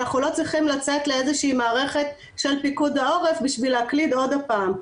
אנחנו לא צריכים לאיזו שהיא מערכת של פיקוד העורף בשביל להקליד עוד פעם.